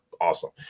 Awesome